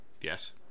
Yes